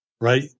right